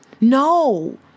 no